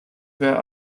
where